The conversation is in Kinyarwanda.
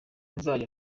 nzajya